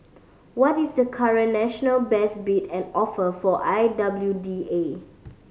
what is the current national best bid and offer for I W D A